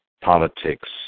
politics